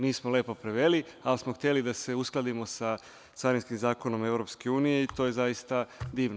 Nismo lepo preveli, ali smo hteli da se uskladimo da Carinskim zakonom EU i to je zaista divno.